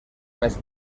més